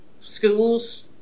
schools